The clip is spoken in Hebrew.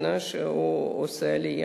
מהמדינה שהוא עושה ממנה עלייה.